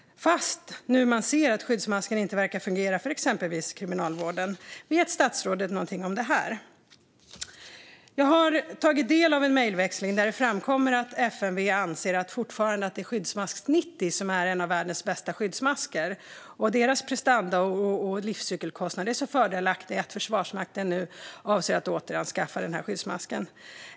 Detta trots att den skyddsmasken inte verkar fungera för exempelvis Kriminalvården. Vet statsrådet något om detta? Jag har tagit del av en mejlväxling där det framkommer att FMV fortfarande anser att Skyddsmask 90 är en av världens bästa skyddsmasker och att dess prestanda och livscykelkostnad är så fördelaktig att Försvarsmakten avser att återanskaffa den.